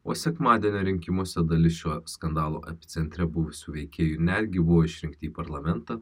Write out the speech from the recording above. o sekmadienio rinkimuose dalis šio skandalo epicentre buvusių veikėjų netgi buvo išrinkti į parlamentą